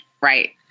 Right